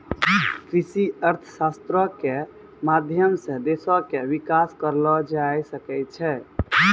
कृषि अर्थशास्त्रो के माध्यम से देशो के विकास करलो जाय सकै छै